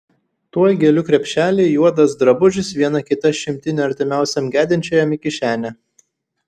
tuoj gėlių krepšeliai juodas drabužis viena kita šimtinė artimiausiam gedinčiajam į kišenę